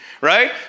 Right